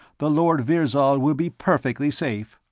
the lord virzal will be perfectly safe.